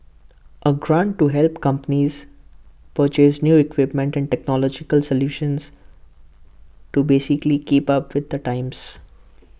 A grant to help companies purchase new equipment and technological solutions to basically keep up with the times